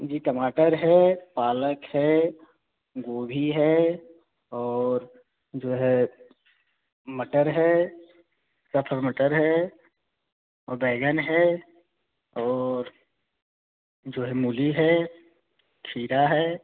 जी टमाटर है पालक है गोभी है और जो है मटर है तथा मटर है और बैंगन है और जो है मूली है खीरा है